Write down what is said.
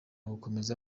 gukomereza